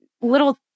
little